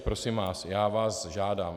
Prosím vás, já vás žádám.